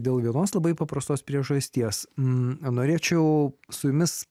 dėl vienos labai paprastos priežasties norėčiau su jumis